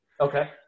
okay